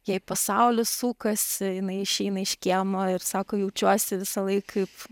jei pasaulis sukasi jinai išeina iš kiemo ir sako jaučiuosi visąlaik kaip